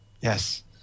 Yes